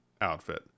outfit